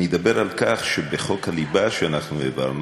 אני אדבר על כך שבחוק הליבה שאנחנו העברנו,